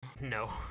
No